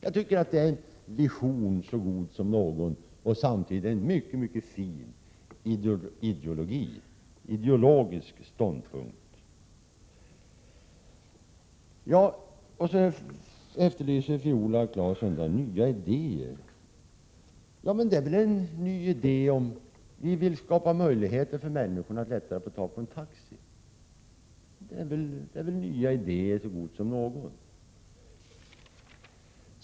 Det är samtidigt en mycket god ideologisk ståndpunkt. Viola Claesson efterlyser också nya idéer. Ja, men det är väl en ny idé att vi vill skapa möjligheter för människorna att lättare få tag på en taxi?